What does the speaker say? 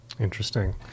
Interesting